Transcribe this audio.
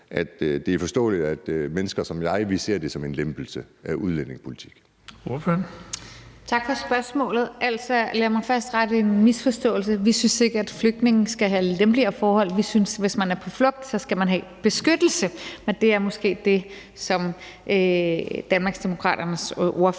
at det er forståeligt, at mennesker som jeg ser det som en lempelse af udlændingepolitikken?